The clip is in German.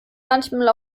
manchmal